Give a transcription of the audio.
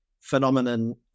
phenomenon